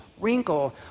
wrinkle